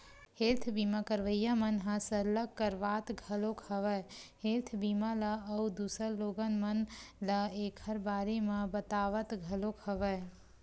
health बीमा करवइया मन ह सरलग करवात घलोक हवय हेल्थ बीमा ल अउ दूसर लोगन मन ल ऐखर बारे म बतावत घलोक हवय